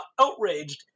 outraged